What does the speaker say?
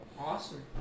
Awesome